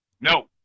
No